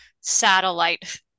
satellite